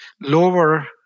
lower